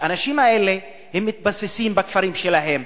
האנשים האלה, הם מתבססים בכפרים שלהם.